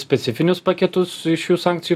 specifinius paketus šių sankcijų